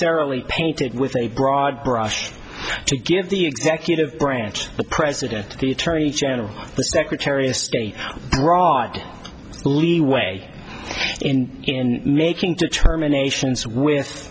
necessarily painted with a broad brush to give the executive branch the president the attorney general the secretary of state broad leeway in in making determinations with